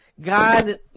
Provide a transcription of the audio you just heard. God